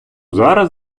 зараз